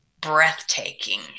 breathtaking